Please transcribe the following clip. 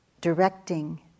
directing